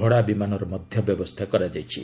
ଭଡ଼ା ବିମାନର ମଧ୍ୟ ବ୍ୟବସ୍ଥା କରାଯାଇଛି